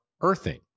earthing